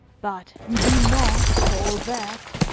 but you do not, for all that,